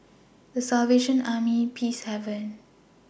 The Salvation Army Peacehaven